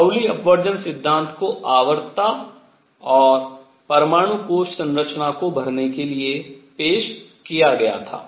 Pauli अपवर्जन सिद्धांत को आवर्तता और परमाणु कोश संरचना को भरने के लिए पेश किया गया था